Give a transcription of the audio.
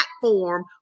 platform